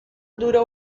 duró